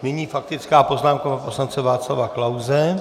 Nyní faktická poznámka poslance Václava Klause.